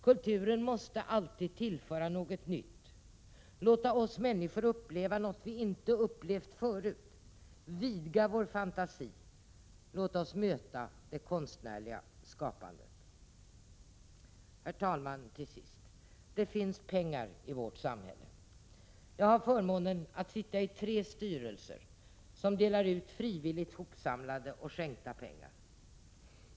Kulturen måste alltid tillföra något nytt, låta oss människor uppleva något vi inte upplevt förut, vidga vår fantasi, låta oss möta det konstnärliga skapandet. Herr talman! Det finns pengar i vårt samhälle. Jag har förmånen att sitta i tre styrelser som delar ut frivilligt hopsamlade och skänkta pengar.